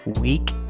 Week